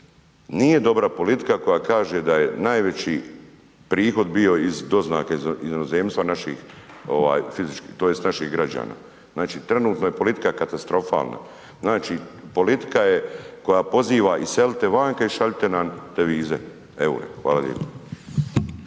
Nije dobra politika koja kaže da je najveći prihod bio iz doznake iz inozemstva naših fizičkih tj. naših građana, znači trenutno je politika katastrofalna, znači politika je koja poziva iselite vanka i šaljite nam devize, EUR-e. Hvala